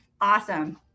awesome